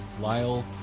Lyle